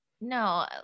No